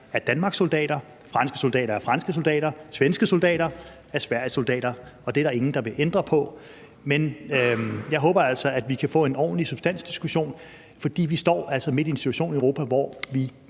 er Danmarks soldater, franske soldater er Frankrigs soldater, svenske soldater er Sveriges soldater. Og det er der ingen der vil ændre på. Men jeg håber, at vi kan få en ordentlig substansdiskussion, for vi står altså midt i en situation i Europa, hvor vi